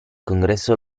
congresso